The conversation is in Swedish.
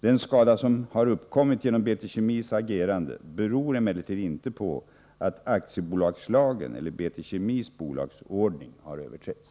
Den skada som har uppkommit genom BT Kemis agerande beror emellertid inte på att aktiebolagslagen eller BT Kemis bolagsordning har överträtts.